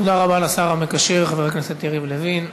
תודה רבה לשר המקשר חבר הכנסת יריב לוין.